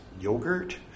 yogurt